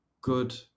good